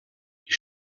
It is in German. die